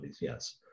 Yes